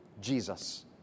Jesus